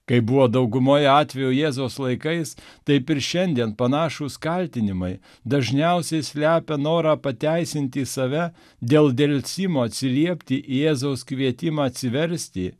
kaip buvo daugumoj atvejų jėzaus laikais taip ir šiandien panašūs kaltinimai dažniausiai slepia norą pateisinti save dėl delsimo atsiliepti į jėzaus kvietimą atsiversti